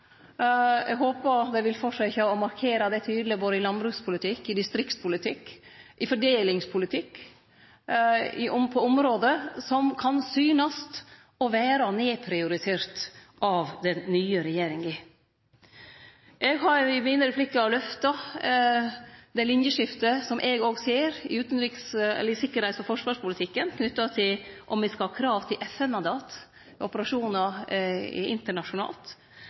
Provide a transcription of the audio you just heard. Eg håpar dei vil halde fram med å markere det tydeleg både i landbrukspolitikken, i distriktspolitikken og i fordelingspolitikken – område som kan synast å vere nedprioriterte av den nye regjeringa. Eg har i mine replikkar løfta fram det linjeskiftet som eg òg ser i tryggleiks- og forsvarspolitikken knytt til om me skal ha krav til FN-mandat ved internasjonale operasjonar.